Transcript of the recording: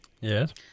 Yes